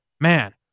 man